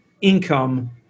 income